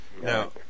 Now